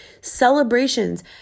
celebrations